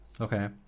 Okay